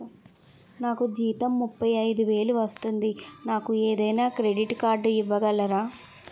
నాకు జీతం ముప్పై ఐదు వేలు వస్తుంది నాకు ఏదైనా క్రెడిట్ కార్డ్ ఇవ్వగలరా?